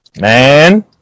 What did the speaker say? Man